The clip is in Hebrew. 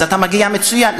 אז אתה מגיע מצוין.